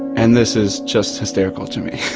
and this is just hysterical to me.